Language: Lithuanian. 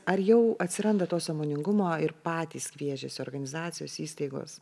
ar jau atsiranda to sąmoningumo ir patys kviečiasi organizacijos įstaigos